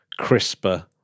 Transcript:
CRISPR